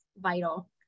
vital